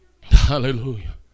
hallelujah